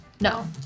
No